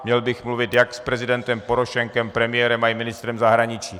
Měl bych mluvit jak s prezidentem Porošenkem, premiérem i ministrem zahraničí.